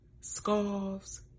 scarves